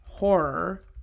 Horror